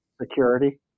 security